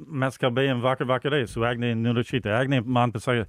mes kalbėjom vakar vakare ir su agne narušyte agnė man pasakė